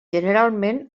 generalment